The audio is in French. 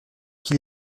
qui